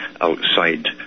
outside